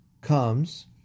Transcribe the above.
comes